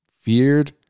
feared